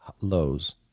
lows